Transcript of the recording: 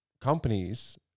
companies